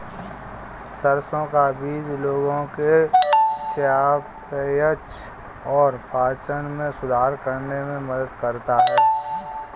सरसों का बीज लोगों के चयापचय और पाचन में सुधार करने में मदद करता है